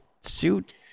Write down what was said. suit